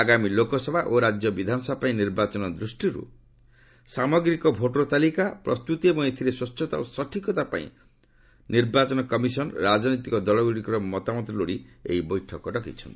ଆଗାମୀ ଲୋକସଭା ଓ ରାଜ୍ୟ ବିଧାନସଭା ପାଇଁ ନିର୍ବାଚନ ଦୃଷ୍ଟିରୁ ସାମଗ୍ରୀକ ଭୋଟର ତାଲିକା ଏବଂ ଏଥିରେ ସ୍ୱଚ୍ଚତା ଓ ସଠିକତା ପାଇଁ ନିର୍ବାଚନ କମିଶନ୍ ରାଜନୈତିକ ଦଳଗୁଡ଼ିକର ମତାମତ ଲୋଡ଼ି ଏହି ବୈଠକ ଡାକିଛନ୍ତି